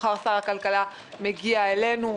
מחר שר הכלכלה יגיע אלינו.